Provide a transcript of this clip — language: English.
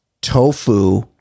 tofu